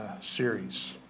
series